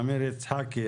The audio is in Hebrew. לעמיר יצחקי,